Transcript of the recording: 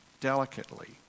delicately